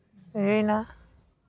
ᱤᱭᱟᱹᱭ ᱱᱟ